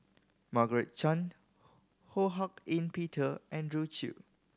Margaret Chan Ho Hak Ean Peter Andrew Chew